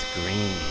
Green